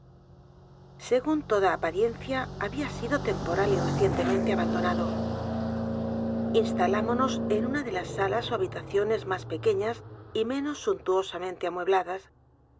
según toda apariencia había sido temporal y recientemente abandonado instalámonos en una de las salas ó habitaciones más pequeñas y menos suntuosamente amuebladas